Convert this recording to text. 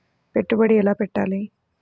పెట్టుబడి ఎలా పెట్టాలి?